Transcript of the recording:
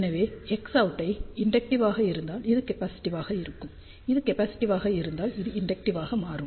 எனவே Xout inductive ஆக இருந்தால் இது கேப்பாசிட்டிவ்வாக இருக்கும் இது கேப்பாசிட்டிவ்வாக இருந்தால் இது இண்டெக்டிவ் ஆக மாறும்